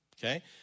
Okay